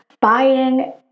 buying